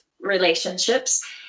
relationships